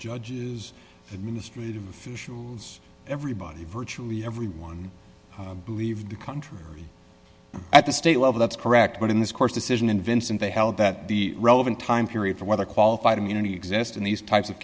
judges administrative everybody virtually everyone believe the country at the state level that's correct but in this court's decision in vincent they held that the relevant time period for whether qualified immunity exist in these types of